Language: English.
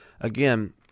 again